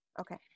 Okay